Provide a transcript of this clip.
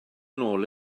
nôl